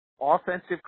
offensive